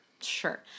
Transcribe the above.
Sure